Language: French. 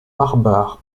barbare